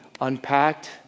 unpacked